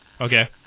Okay